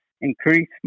increase